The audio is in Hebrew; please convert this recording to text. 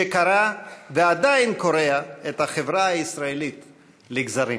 שקרע, ועדיין קורע, את החברה הישראלית לגזרים.